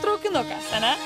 traukinuką ane